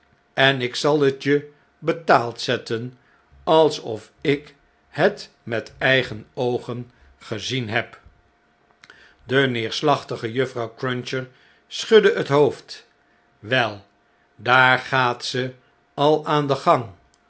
en ik zal t je betaald zetten alsof ik het met mn'ne eigen oogen gezien had de neerslachtige juffrouw cruncher schudde het hoofd wei daar gaat ze al aan den gang